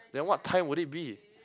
then what time would it be